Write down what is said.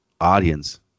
audience